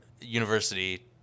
university